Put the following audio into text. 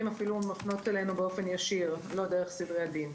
מפנות אלינו באופן ישיר ולא דרך סדרי הדין.